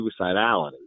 suicidality